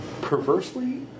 Perversely